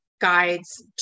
guides